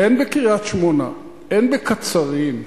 אין בקריית-שמונה, אין בקצרין,